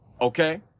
Okay